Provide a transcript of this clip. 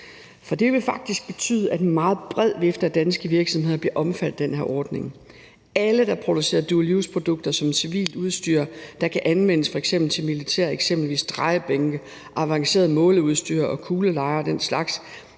For det vil faktisk betyde, at en meget bred vifte af danske virksomheder bliver omfattet af den her ordning. Alle, der producerer dual use-produkter som civilt udstyr, der kan anvendes til f.eks. militæret, eksempelvis drejebænke, avanceret måleudstyr og kuglelejer og den slags,